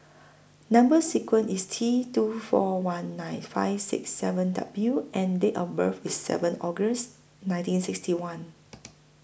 Number sequence IS T two four one nine five six seven W and Date of birth IS seven August nineteen sixty one